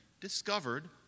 discovered